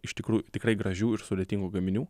iš tikrųjų tikrai gražių ir sudėtingų gaminių